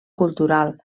cultural